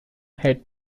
had